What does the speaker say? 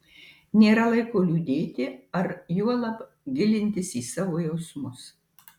nėra laiko liūdėti ar juolab gilintis į savo jausmus